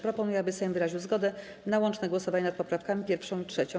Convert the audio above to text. Proponuję, aby Sejm wyraził zgodę na łączne głosowanie nad poprawkami 1. i 3.